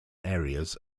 areas